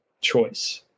choice